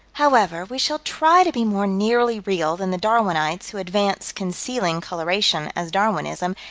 however, we shall try to be more nearly real than the darwinites who advance concealing coloration as darwinism,